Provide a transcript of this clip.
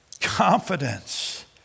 confidence